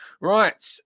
Right